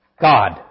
God